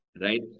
right